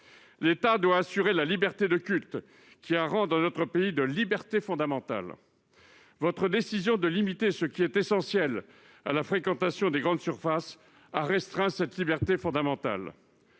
l'État doit assurer la liberté de culte, qui a rang, dans notre pays, de liberté fondamentale. Votre décision de limiter ce qui est essentiel à la fréquentation des grandes surfaces a restreint cette liberté fondamentale